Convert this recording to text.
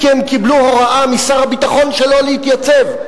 כי הם קיבלו הוראה משר הביטחון שלא להתייצב.